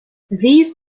these